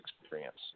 experience